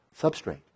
Substrate